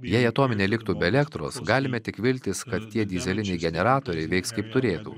jei atominė liktų be elektros galime tik viltis kad tie dyzeliniai generatoriai veiks kaip turėtų